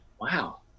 wow